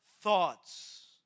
thoughts